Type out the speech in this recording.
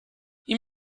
you